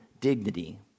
dignity